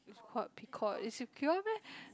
Picoult Picoult it's a girl meh